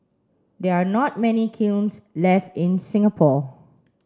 there are not many kilns left in Singapore